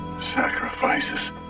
Sacrifices